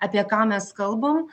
apie ką mes kalbam